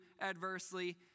adversely